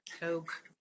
Coke